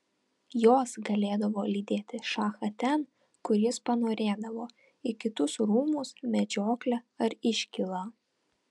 jos galėdavo lydėti šachą ten kur jis panorėdavo į kitus rūmus medžioklę ar iškylą